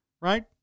right